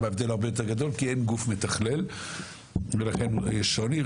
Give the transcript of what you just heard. ההבדל הרבה יותר גדול כי אין גוף מתכלל ולכן יש שוני.